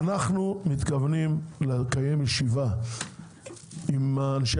אנחנו מתכוונים לקיים ישיבה עם אנשי